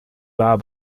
war